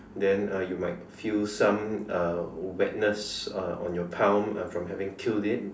then uh you might feel some uh wetness uh on your palm from having killed it